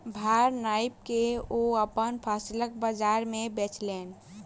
भार नाइप के ओ अपन फसिल बजार में बेचलैन